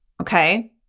Okay